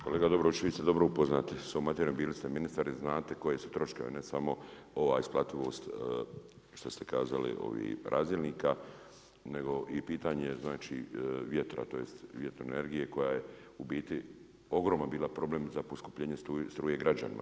Kolega Dobrović vi ste dobro upoznati s ovom materijom, bili ste ministar i znate koji su troškovi, a ne samo ova isplativost što ste kazali razdjelnika nego i pitanje vjetra, tj. vjetroenergije koja je u biti ogroman bila problem za poskupljenje struje građanima.